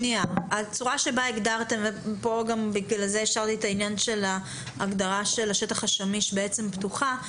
הצורה בה הגדרתם ולכן השארנו את ההגדרה של השטח השמיש פתוחה,